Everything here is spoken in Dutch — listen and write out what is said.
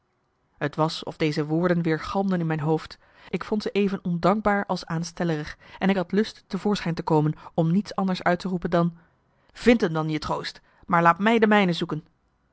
t was of deze woorden weergalmden in mijn hoofd ik vond ze even ondankbaar als aanstellerig en ik had lust te voorschijn te komen om niets anders uit te roepen dan marcellus emants een nagelaten bekentenis vind m dan je troost maar laat mij de mijne zoeken